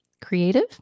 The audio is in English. Creative